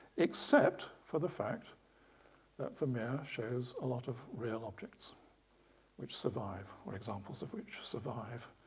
except for the fact that vermeer shows a lot of real objects which survive or examples of which survive.